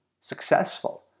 successful